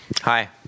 hi